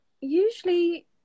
Usually